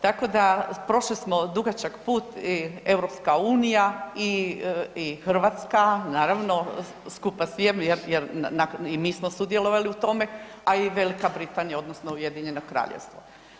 Tako da prošli smo dugačak put i EU i Hrvatska naravno skupa s … [[Govornik se ne razumije]] jer, jer i mi smo sudjelovali u tome, a i Velika Britanija odnosno Ujedinjeno Kraljevstvo.